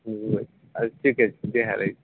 हूँ अच्छा ठिके छै जाए है लै